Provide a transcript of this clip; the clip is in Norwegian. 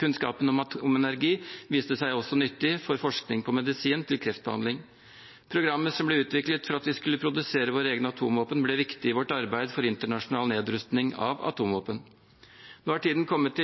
Kunnskapen om atomenergi viste seg også nyttig for forskning på medisin til kreftbehandling. Programmet som ble utviklet for at vi skulle produsere våre egne atomvåpen, ble viktig i vårt arbeid for internasjonal nedrustning av atomvåpen. Nå er tiden kommet